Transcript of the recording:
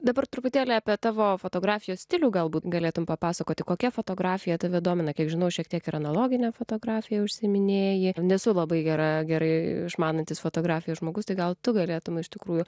dabar truputėlį apie tavo fotografijos stilių galbūt galėtum papasakoti kokia fotografija tave domina kiek žinau šiek tiek ir analogine fotografija užsiiminėji nesu labai gera gerai išmanantis fotografiją žmogus tai gal tu galėtum iš tikrųjų